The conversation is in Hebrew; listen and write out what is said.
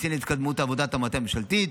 בשים לב להתקדמות עבודת המטה הממשלתית.